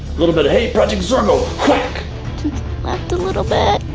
little bit of hey project zorgo! whack! to the left a little bit.